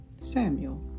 Samuel